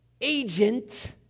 agent